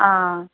ആ